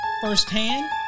firsthand